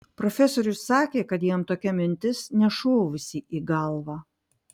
profesorius sakė kad jam tokia mintis nešovusi į galvą